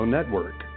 Network